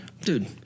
dude